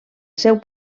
seu